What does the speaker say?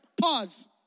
Pause